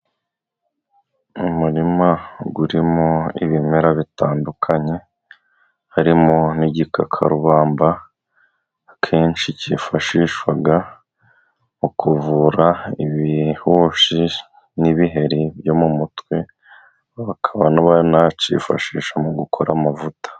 Umuririma urimo ibimera bitandukanye harimo n'igikakarubamba, akenshi kifashishwaga mu kuvura ibihushi n'ibiheri byo mu mutwe. Bakaba banacyifashisha mu gukora amavuta.